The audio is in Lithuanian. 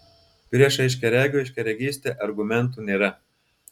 prieš aiškiaregių aiškiaregystę argumentų nėra